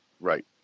Right